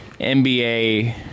NBA